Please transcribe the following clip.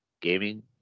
gaming